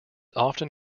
often